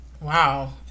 Wow